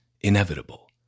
inevitable